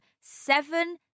seven